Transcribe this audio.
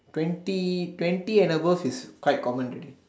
twenty twenty and above is quite common already